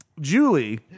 Julie